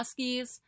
muskies